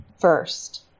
first